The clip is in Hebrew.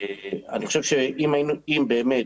אני חושב שאם באמת